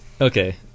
Okay